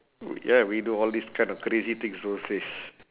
ya we do all these kind of crazy things those days